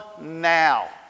now